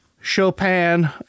Chopin